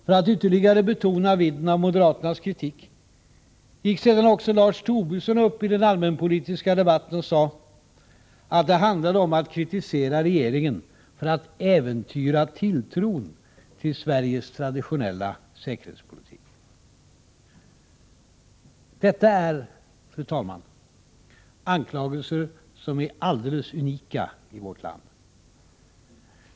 För att ytterligare betona vidden av moderaternas kritik gick sedan också Lars Tobisson upp i den allmänpolitiska debatten och sade att det handlade om att kritisera regeringen ”för att äventyra tilltron till Sveriges traditionella säkerhetspolitik”. Detta är anklagelser, fru talman, som är alldeles unika i vårt land.